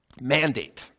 mandate